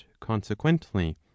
consequently